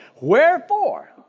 Wherefore